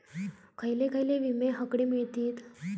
खयले खयले विमे हकडे मिळतीत?